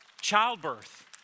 childbirth